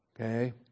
okay